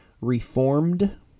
Reformed